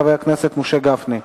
חבר הכנסת משה גפני.